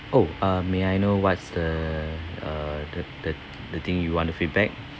oh uh may I know what's the uh the the the thing you want to feedback